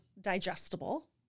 digestible